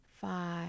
five